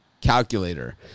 calculator